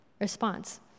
response